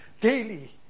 Daily